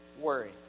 worry